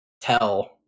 tell